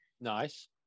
Nice